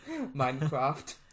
minecraft